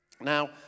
Now